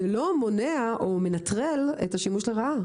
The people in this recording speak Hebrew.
זה לא מונע או מנטרל את השימוש לרעה.